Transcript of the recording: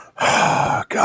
God